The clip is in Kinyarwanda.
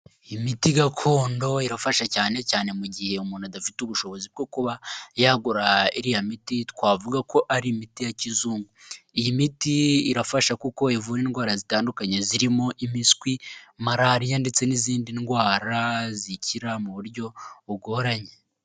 Iyi miti gakondo irafasha cyane cyane mu gihe umuntu adafite ubushobozi bwo kuba yagura iriya miti twavuga ko ari imiti ya kizungu. Iyi miti irafasha kuko ivura indwara zitandukanye zirimo impiswi, malariya ndetse n'izindi ndwara zikira mu buryo bugoranye.